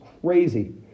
crazy